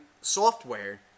software